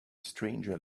stranger